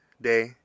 day